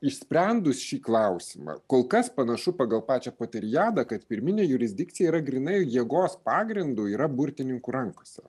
išsprendus šį klausimą kol kas panašu pagal pačią poteriadą kad pirminė jurisdikcija yra grynai jėgos pagrindu yra burtininkų rankose